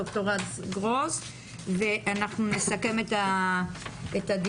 את ד"ר רז גרוס ואנחנו נסכם את הדיון.